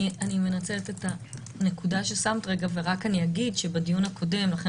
אני מנצלת אותה נקודה ששמת רגע ורק אני אגיד שבדיון הקודם לכן